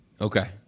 Okay